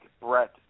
Brett